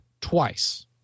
twice